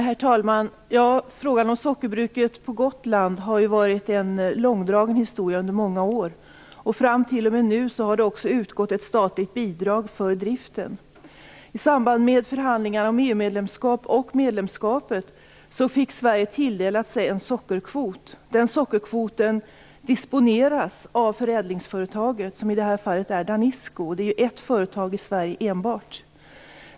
Herr talman! Frågan om sockerbruket på Gotland har varit en långdragen historia. Tills nyligen har det också utgått ett statligt bidrag för driften. I samband med förhandlingar om EU och medlemskapet tilldelades Sverige en sockerkvot. Den disponeras av förädlingsföretaget som i det här fallet är Danisco. Det är ju enbart ett företag i Sverige.